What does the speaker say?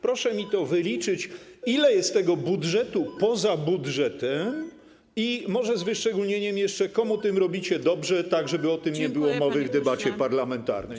Proszę mi wyliczyć, ile jest tego budżetu poza budżetem, i może jeszcze z wyszczególnieniem, komu tym robicie dobrze, tak żeby o tym nie było mowy w debacie parlamentarnej.